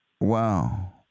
Wow